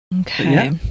Okay